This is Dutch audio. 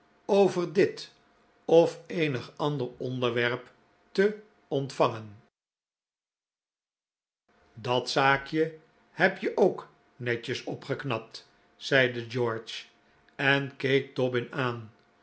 over dit of eenig ander onderwerp te ontvangen dat zaakje heb je ook netjes opgeknapt zeide george en keek dobbin aan